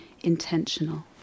intentional